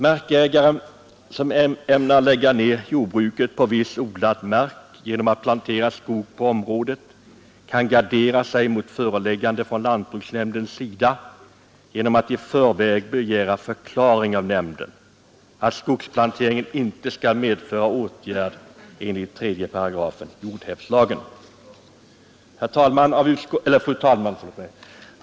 Markägare som ämnar lägga ned jordbruket på viss odlad mark genom att plantera skog på området kan gardera sig mot föreläggande från lantbruksnämndens sida genom att i förväg begära förklaring av nämnden, att skogsplanteringen inte skall medföra någon åtgärd enligt 3 § jordhävdslagen.